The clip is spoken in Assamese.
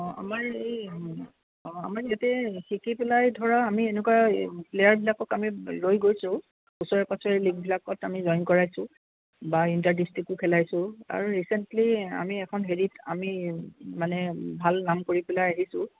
অঁ আমাৰ এই আমাৰ ইয়াতে শিকি পেলাই ধৰা আমি এনেকুৱা প্লেয়াৰবিলাকক আমি লৈ গৈছোঁ ওচৰে পাজৰে লিভবিলাকত আমি জইন কৰাইছোঁ বা ইণ্টাৰডিষ্টিকো খেলাইছোঁ আৰু ৰিচেণ্টলি আমি এখন হেৰিত আমি মানে ভাল নাম কৰি পেলাই আহিছোঁ